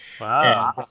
Wow